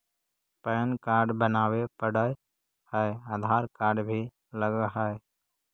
Pan card बनावे पडय है आधार कार्ड भी लगहै?